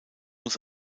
muss